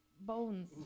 bones